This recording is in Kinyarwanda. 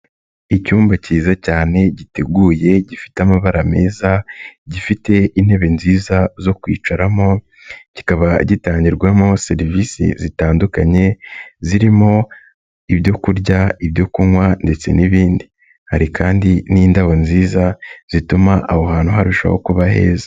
Icyumba kiza cyane giteguye gifite amabara meza, gifite intebe nziza zo kwicaramo, kikaba gitangirwamo serivisi zitandukanye, zirimo ibyo kurya, ibyo kunywa ndetse n'ibindi. Hari kandi n'indabo nziza zituma aho hantu harushaho kuba heza.